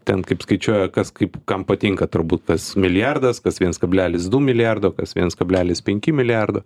ten kaip skaičiuoja kas kaip kam patinka turbūt tas milijardas kas viens kablelis du milijardo kas viens kablelis penki milijardo